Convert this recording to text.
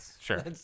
Sure